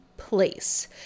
place